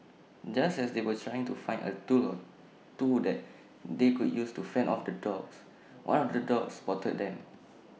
just as they were trying to find A tool or two that they could use to fend off the dogs one of the dogs spotted them